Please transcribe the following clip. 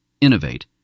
innovate